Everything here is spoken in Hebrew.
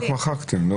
רק מחקתם.